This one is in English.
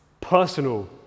personal